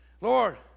Lord